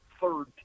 third